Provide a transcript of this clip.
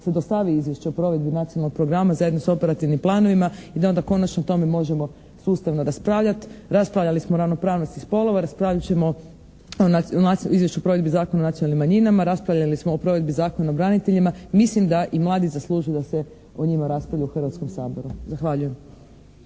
se dostavi Izvješće o provedbi nacionalnog programa zajedno s operativnim planovima i da onda konačno o tome možemo sustavno raspravljati. Raspravljali smo o ravnopravnosti spolova, raspraviti ćemo o Izvješću o provedbi Zakona o nacionalnim manjinama, raspravljali smo o provedbi Zakona o braniteljima, mislim da i mladi zaslužuju da se o njima raspravlja u Hrvatskom saboru. Zahvaljujem.